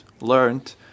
learned